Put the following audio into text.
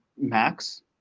max